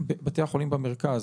בתי החולים במרכז,